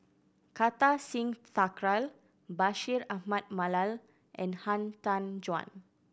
Kartar Singh Thakral Bashir Ahmad Mallal and Han Tan Juan